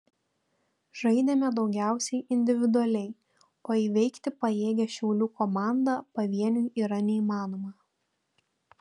žaidėme daugiausiai individualiai o įveikti pajėgią šiaulių komandą pavieniui yra neįmanoma